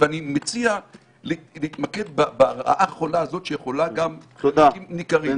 ואני מציע להתמקד ברעה החולה הזאת שהיא בחלקים ניכרים.